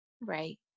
Right